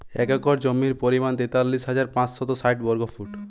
এক একর জমির পরিমাণ তেতাল্লিশ হাজার পাঁচশত ষাট বর্গফুট